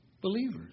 believers